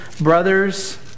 brothers